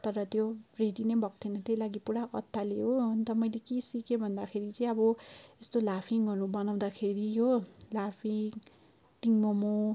तर त्यो रेडी नै भएको थिएन त्यही लागि पुरा अत्तालिएँ हो अन्त मैले के सिकेँ भन्दाखेरि चाहिँ अब यस्तो लाफिङहरू बनाउँदाखेरि यो लाफिङ टिम मोमो